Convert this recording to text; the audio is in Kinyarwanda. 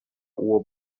uwo